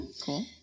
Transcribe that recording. Cool